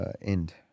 End